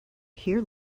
here